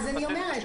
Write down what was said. אני אומרת,